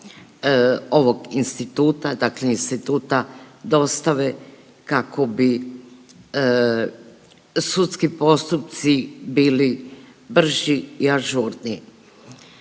ovog instituta, dakle instituta dostave kako bi sudski postupci bili brži i ažurniji.